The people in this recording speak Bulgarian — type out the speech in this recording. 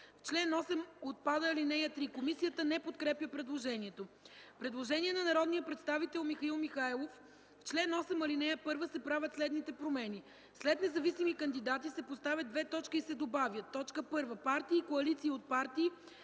в чл. 8 отпада ал. 3. Комисията не подкрепя предложението. Предложение на народния представител Михаил Михайлов: „В чл. 8, ал. 1 се правят следните промени: след „независими кандидати” се поставят две точки и се добавя: „1. партии и коалиции от партии,